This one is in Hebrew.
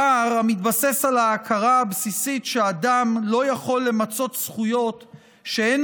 פער המתבסס על ההכרה הבסיסית שאדם לא יכול למצות זכויות שאין